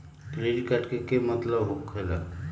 Credit card के मतलब का होकेला?